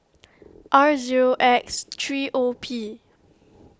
R zero X three O P